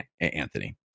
Anthony